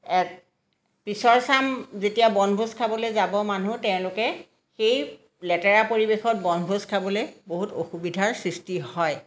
এ পিছৰ চাম যেতিয়া বনভোজ খাবলৈ যাব মানুহ তেওঁলোকে সেই লেতেৰা পৰিৱেশত বনভোজ খাবলৈ বহুত অসুবিধাৰ সৃষ্টি হয়